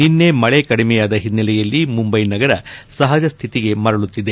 ನಿನ್ನೆ ಮಳೆ ಕಡಿಮೆಯಾದ ಹಿನ್ನೆಲೆಯಲ್ಲಿ ಮುಂಬ್ಲೆ ನಗರ ಸಹಜಸ್ಥಿತಿಗೆ ಮರಳುತ್ತಿದೆ